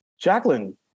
Jacqueline